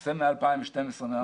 למעשה מ-2012.